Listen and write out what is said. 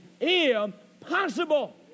impossible